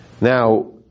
Now